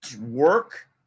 work